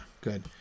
good